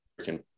freaking